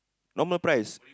normal price